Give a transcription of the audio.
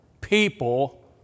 people